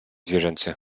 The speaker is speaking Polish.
zwierzęcy